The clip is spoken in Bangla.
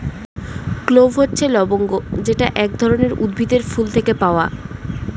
ক্লোভ হচ্ছে লবঙ্গ যেটা এক ধরনের উদ্ভিদের ফুল থেকে পাওয়া